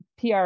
PR